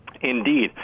Indeed